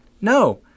no